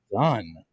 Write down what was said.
done